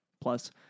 plus